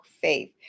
faith